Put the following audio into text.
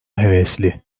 hevesli